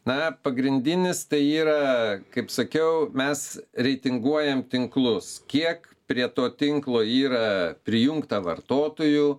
na pagrindinis tai yra kaip sakiau mes reitinguojam tinklus kiek prie to tinklo yra prijungta vartotojų